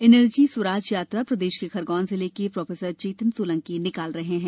energy Swaraj Yatra प्रदेश के खरगोन जिले के प्रोफेसर चेतन सोलंकी निकाल रहे हैं